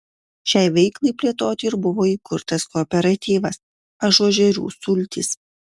šiai veiklai plėtoti ir buvo įkurtas kooperatyvas ažuožerių sultys